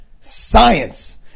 science